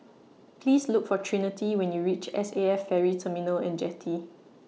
Please Look For Trinity when YOU REACH S A F Ferry Terminal and Jetty